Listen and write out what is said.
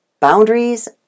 Boundaries